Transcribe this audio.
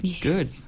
Good